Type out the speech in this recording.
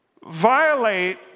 violate